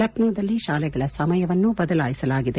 ಲಕ್ಕೋದಲ್ಲಿ ಶಾಲೆಗಳ ಸಮಯವನ್ನು ಬದಲಾಯಿಸಲಾಗಿದೆ